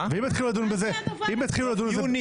ואם יתחילו לדון בזה ביום שני הבא?